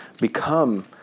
become